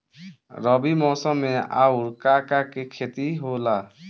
रबी मौसम में आऊर का का के खेती होला?